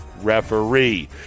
referee